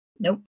Nope